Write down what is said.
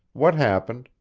what happened,